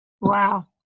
Wow